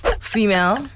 Female